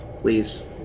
please